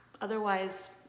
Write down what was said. Otherwise